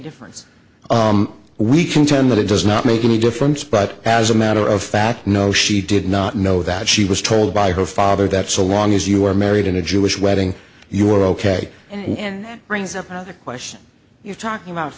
difference we contend that it does not make any difference but as a matter of fact no she did not know that she was told by her father that so long as you are married in a jewish wedding you are ok and brings up another question you talk about